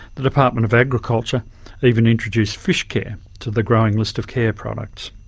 the department of agriculture even introduced fishcare to the growing list of care products.